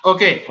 Okay